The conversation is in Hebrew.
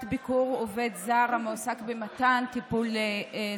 ביקור לעובד זר המועסק במתן טיפול סיעודי)